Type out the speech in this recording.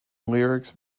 lyrics